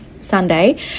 Sunday